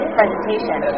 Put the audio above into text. presentation